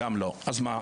אז מה?